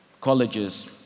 colleges